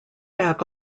back